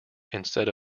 instead